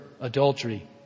adultery